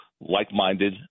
like-minded